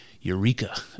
Eureka